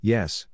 Yes